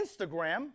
Instagram